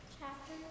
Chapter